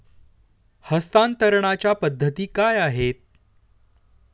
हस्तांतरणाच्या पद्धती काय आहेत?